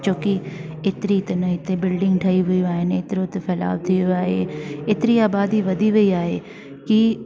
छोकि एतरी त अने हिते बिल्डींग ठही वियूं आहिनि एतिरो त फैलाव थी वियो आहे एतरी आबादी वधी वई आहे की